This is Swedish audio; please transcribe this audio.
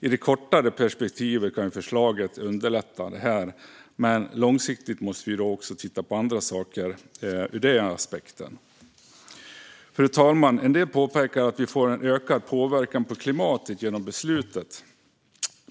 I det kortare perspektivet kan det här förslaget underlätta, men långsiktigt måste vi också titta på andra saker ur den synpunkten. Fru talman! En del påpekar att vi får en ökad påverkan på klimatet genom beslutet.